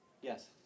Yes